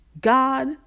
God